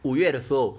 五月的时候